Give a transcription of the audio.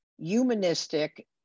humanistic